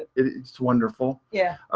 it's wonderful. yeah.